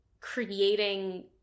creating